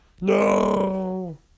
No